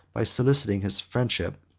by soliciting his friendship,